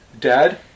dad